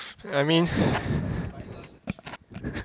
I mean